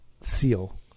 seal